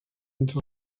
entre